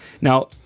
Now